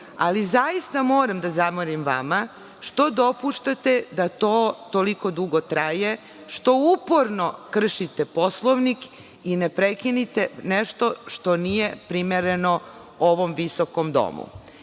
Ali, zaista moram da zamerim vama što dopuštate da to toliko dugo traje, što uporno kršite Poslovnik i ne prekidate nešto što nije primereno ovom visokom